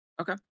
Okay